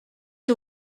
que